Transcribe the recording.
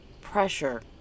pressure